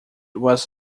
was